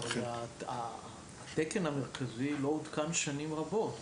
אבל התקן המרכזי לא עודכן שנים רבות,